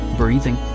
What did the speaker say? breathing